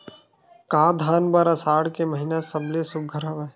का धान बर आषाढ़ के महिना सबले सुघ्घर हवय?